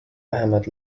vähemalt